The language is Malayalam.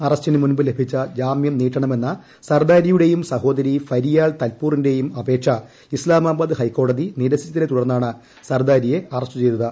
അറസ്റ്റിന്റു മുൻപ് ലഭിച്ച ജാമ്യം നീട്ടണമെന്ന സർദാരിയുടേയും സഹോദ്യ്ക് ഷ്മരിയാൽ തൽപൂരിന്റേയും അപേക്ഷ ഇസ്താമബാദ് ഹൈക്കോട്ടിയി നിരസിച്ചതിനെ തുടർന്നാണ് സർദാരിയെ അറസ്റ്റു ചെയ്ത്